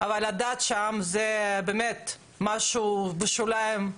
אבל הדת שם זה באמת משהו בשוליים.